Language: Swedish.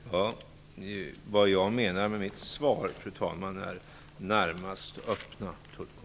Fru talman! Vad jag menar med mitt svar är närmast öppna tullkontor.